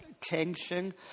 tension